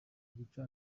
guca